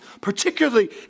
particularly